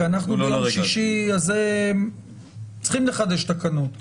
כי אנחנו ביום שישי הזה צריכים לחדש תקנות.